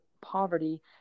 poverty